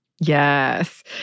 Yes